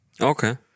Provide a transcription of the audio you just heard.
okay